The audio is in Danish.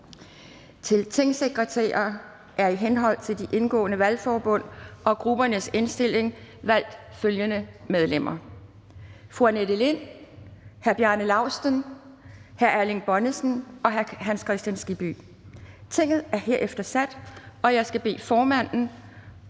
Til tingsekretærer er i henhold til de indgåede valgforbund og gruppernes indstilling valgt følgende medlemmer: Fru Annette Lind (S), hr. Bjarne Laustsen (S), hr. Erling Bonnesen (V) og hr. Hans Kristian Skibby (DD). Tinget er herefter sat, og jeg skal bede formanden